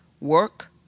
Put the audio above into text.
work